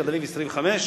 תדריג 25,